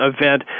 event